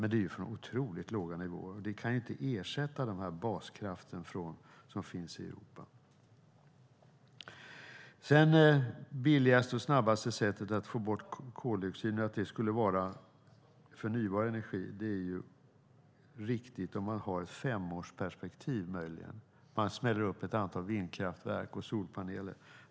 Men det sker från otroligt låga nivåer, och det kan inte ersätta den baskraft som finns i Europa. Det sägs här att det billigaste och snabbaste sättet att få bort koldioxiden skulle vara förnybar energi. Det är möjligen riktigt om man har ett femårsperspektiv. Man kan smälla upp ett antal vindkraftverk och solpaneler.